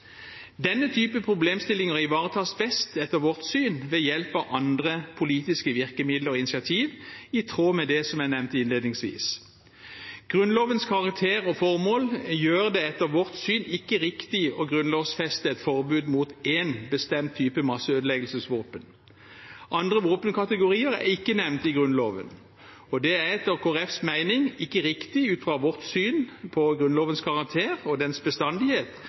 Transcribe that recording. Denne typen problemstillinger ivaretas best, etter vårt syn, ved hjelp av andre politiske virkemidler og initiativ, i tråd med det som jeg nevnte innledningsvis. Grunnlovens karakter og formål gjør det etter vårt syn ikke riktig å grunnlovsfeste et forbud mot én bestemt type masseødeleggelsesvåpen. Andre våpenkategorier er ikke nevnt i Grunnloven, og det er etter Kristelig Folkepartis mening ikke riktig ut fra vårt syn på Grunnlovens karakter og dens bestandighet